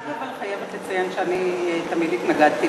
אבל אני חייבת לציין שאני תמיד התנגדתי,